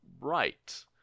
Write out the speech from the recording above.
right